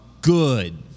Good